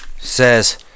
says